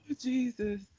Jesus